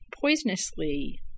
poisonously